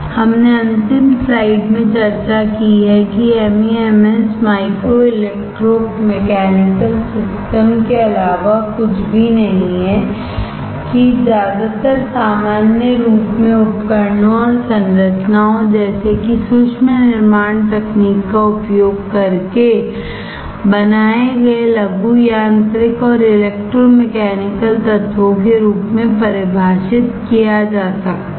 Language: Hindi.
हमने अंतिम स्लाइड में चर्चा की है कि MEMS micro electro mechanical systems के अलावा कुछ भी नहीं है कि ज्यादातर सामान्य रूप में उपकरणों और संरचनाओं जैसे कि सूक्ष्म निर्माण तकनीक का उपयोग करके बनाए गए लघु यांत्रिक और इलेक्ट्रोमैकेनिकल तत्वों के रूप में परिभाषित किया जा सकता है